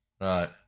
Right